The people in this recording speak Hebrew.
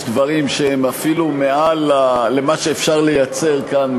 יש דברים שהם אפילו מעל למה שאפשר לייצר כאן,